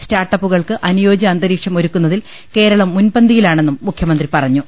സ്റ്റാർട്ടപ്പുകൾക്ക് അനുയോജ്യ അന്തരീക്ഷം ഒരുക്കുന്ന തിൽ കേരളം മുൻപന്തി യിലാണെന്നും മുഖ്യമന്ത്രി പറഞ്ഞു